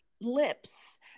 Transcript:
lips